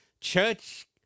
church